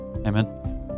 Amen